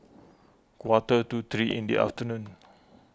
quarter to three in the afternoon